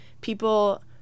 people